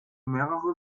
mehrere